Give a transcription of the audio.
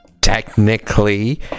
technically